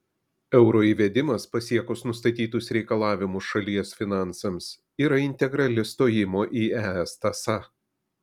euro įvedimas pasiekus nustatytus reikalavimus šalies finansams yra integrali stojimo į es tąsa